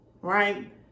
Right